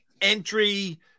entry